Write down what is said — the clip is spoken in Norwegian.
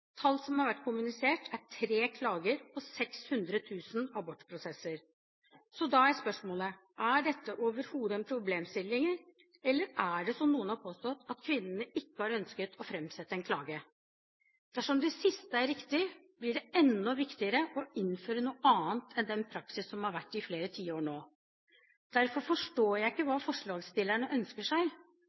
Tall som har vært kommunisert, er tre klager på 600 000 abortprosesser. Så da er spørsmålet: Er dette overhodet en problemstilling, eller er det som noen har påstått, at kvinnene ikke har ønsket å framsette en klage? Dersom det siste er riktig, blir det enda viktigere å innføre noe annet enn den praksis som har vært i flere tiår nå. Derfor forstår jeg ikke hva forslagsstillerne ønsker seg.